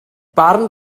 barn